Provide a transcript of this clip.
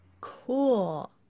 Cool